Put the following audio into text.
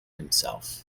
himself